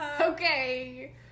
okay